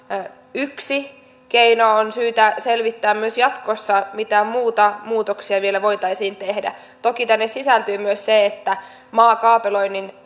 yksi keino on syytä selvittää myös jatkossa mitä muita muutoksia vielä voitaisiin tehdä toki tänne sisältyy myös se että maakaapeloinnin